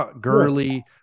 Gurley